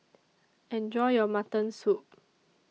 Enjoy your Mutton Soup